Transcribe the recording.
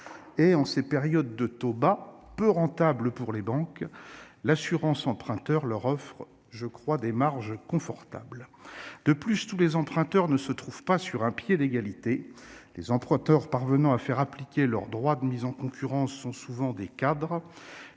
En ces périodes de taux bas, peu rentables pour les banques, il me semble que l'assurance emprunteur offre à ces dernières des marges confortables. De plus, tous les emprunteurs ne se trouvent pas sur un pied d'égalité. Ceux qui parviennent à faire appliquer leur droit de mise en concurrence sont souvent des cadres